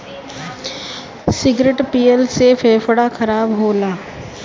cigarette पियला से फेफड़ा खराब होला